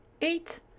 eight